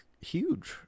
huge